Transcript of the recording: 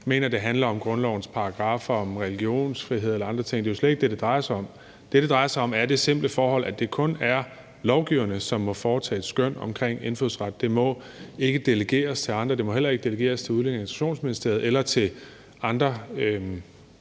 mener, at det handler om grundlovens paragraffer om religionsfrihed eller andre ting. Det er slet ikke det, det drejer sig om. Det, det drejer sig om, er det simple forhold, at det kun er lovgiverne, som må foretage skøn omkring indfødsret, og at det ikke må delegeres til andre. Det må heller ikke delegeres til Udlændinge- og Integrationsministeriet eller til andre